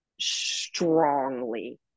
strongly